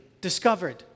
discovered